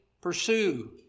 pursue